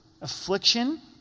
affliction